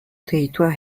territoire